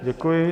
Děkuji.